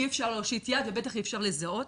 אי אפשר להושיט יד ובטח אי אפשר לזהות.